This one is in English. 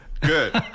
Good